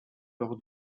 lors